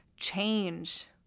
change